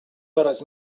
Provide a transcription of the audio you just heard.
hores